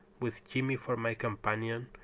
with jimmy for my companion,